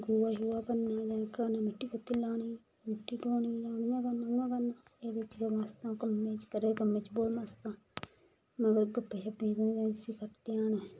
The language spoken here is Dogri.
गोहा छोहा भरने जां क्हानी मिट्टी कत्ते लानी मिट्टी ढोने इ'यां करना उ'यां करना ऐह्दे च गै मस्त आं कम्मै च घरै दे कम्मै च बहुत मस्त आं मतलब मगर गप्पें छप्पे च इसी घट्ट ध्यान ऐ